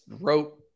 wrote